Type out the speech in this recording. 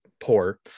poor